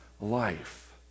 life